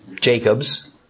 Jacob's